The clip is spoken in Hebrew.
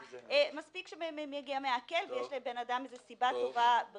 אבל דוגמה קצרצרה מספיק שיגיע מעכב ויש לאדם איזו סיבה טובה,